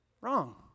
Wrong